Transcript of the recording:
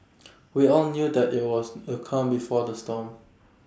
we all knew that IT was the calm before the storm